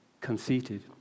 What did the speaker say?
conceited